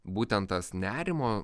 būtent tas nerimo